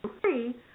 free